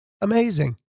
amazing